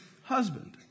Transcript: husband